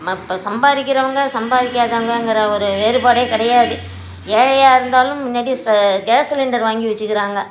இப்போ சம்பாதிக்கிறவங்க சம்பாதிக்காதவங்கங்கிற ஒரு வேறுபாடே கிடையாது ஏழையாக இருந்தாலும் முன்னாடி ச கேஸ் சிலிண்டர் வாங்கி வச்சிக்கிறாங்க